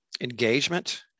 engagement